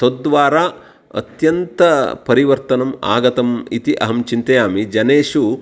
तद्वारा अत्यन्तं परिवर्तनम् आगतम् इति अहं चिन्तयामि जनेषु